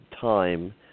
time